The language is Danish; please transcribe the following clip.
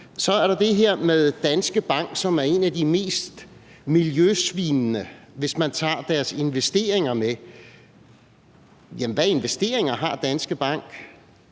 Så er der det her med Danske Bank, som er en af de mest miljøsvinende, hvis man tager deres investeringer med. Jamen hvilke investeringer har Danske Bank?